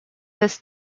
this